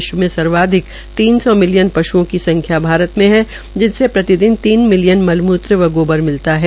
विश्व में सर्वाधिक तीन सौ मिलियन पश्ओं की संख्या भारत में है जिससे प्रतिदिन तीन मिलियन मूलमूत्र व गोबर मिलता है